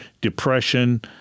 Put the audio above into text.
depression